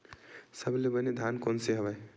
सबले बने धान कोन से हवय?